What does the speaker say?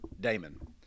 Damon